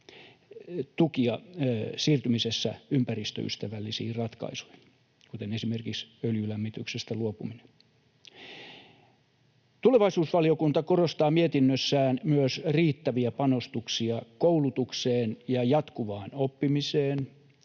tukia siirtymisessä ympäristöystävällisiin ratkaisuihin, kuten esimerkiksi öljylämmityksestä luopumiseen. Tulevaisuusvaliokunta korostaa mietinnössään myös riittäviä panostuksia koulutukseen ja jatkuvaan oppimiseen,